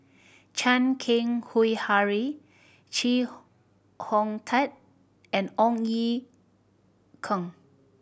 Chan Keng Howe Harry Chee Hong Tat and Ong Ye Kung